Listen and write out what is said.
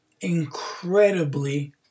incredibly